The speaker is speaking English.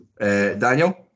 daniel